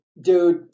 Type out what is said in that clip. Dude